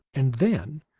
and then,